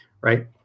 right